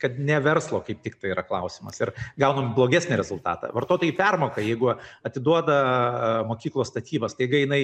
kad ne verslo kaip tik tai yra klausimas ir gaunam blogesnį rezultatą vartotojai permoka jeigu atiduoda mokyklos statybas staiga jinai